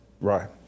Right